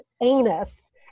anus